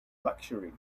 luxury